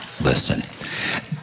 Listen